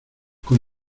con